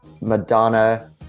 Madonna